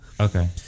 Okay